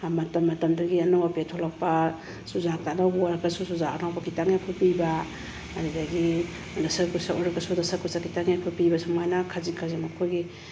ꯃꯇꯝ ꯃꯇꯝꯗꯨꯒꯤ ꯑꯅꯧ ꯑꯄꯦꯠ ꯊꯣꯛꯂꯛꯄ ꯆꯨꯖꯥꯛ ꯑꯅꯧꯕ ꯑꯣꯏꯔꯒꯁꯨ ꯆꯨꯖꯥꯛ ꯑꯅꯧꯕ ꯈꯤꯇꯪ ꯍꯦꯛ ꯐꯨꯠꯄꯤꯕ ꯑꯗꯨꯗꯒꯤ ꯗꯥꯁꯀꯨꯁꯥ ꯑꯣꯏꯔꯒꯁꯨ ꯗꯥꯁꯀꯨꯁꯥ ꯈꯤꯇꯪ ꯍꯦꯛ ꯐꯨꯠꯄꯤꯕ ꯁꯨꯃꯥꯏꯅ ꯈꯖꯤꯛ ꯈꯖꯤꯛ ꯃꯈꯣꯏꯒꯤ